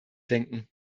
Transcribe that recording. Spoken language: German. denken